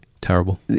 Terrible